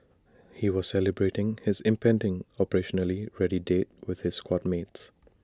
he was celebrating his impending operationally ready date with his squad mates